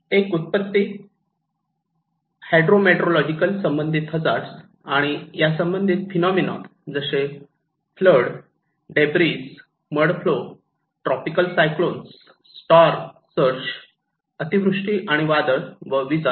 एक उत्पत्ती हायड्रोमीट्रोलॉजिकल संबंधित हजार्ड आणि या संबंधित फिनोमना जसे flood debris mud flow tropical cyclones storm surge अतिवृष्टी आणि वादळ व विजा